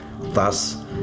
Thus